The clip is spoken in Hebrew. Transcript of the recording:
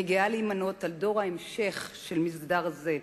אני גאה להימנות עם דור ההמשך של מסדר זה,